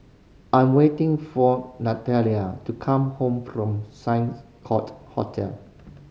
I'm waiting for to come home from Court Hotel